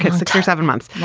six or seven months.